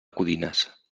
codines